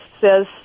says